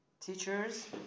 Teachers